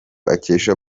akesha